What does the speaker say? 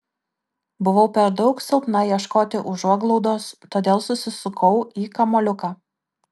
buvau per daug silpna ieškoti užuoglaudos todėl susisukau į kamuoliuką